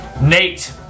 Nate